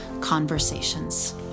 conversations